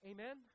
Amen